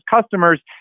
customers